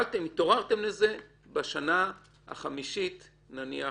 התעוררתם לזה בשנה החמישית נניח.